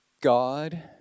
God